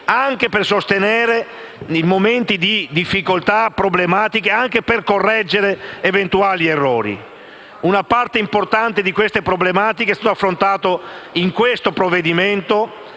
anche per sostenere momenti di difficoltà e problematiche e per correggere eventuali errori. Una parte importante di queste problematiche è stata affrontata nel provvedimento